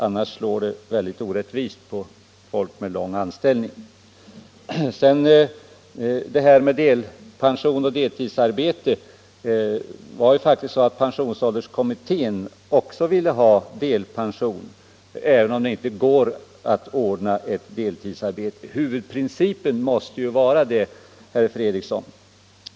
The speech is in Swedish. Annars slår det mycket orättvist för folk med lång anställningstid. Vad gäller delpension och deltidsarbete ville faktiskt också pensionsålderskommittén ha delpension, även om det inte är möjligt att ordna ett deltidsarbete. Detta måste vara huvudprincipen, herr Fredriksson.